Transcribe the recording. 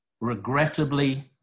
Regrettably